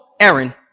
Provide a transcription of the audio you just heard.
Aaron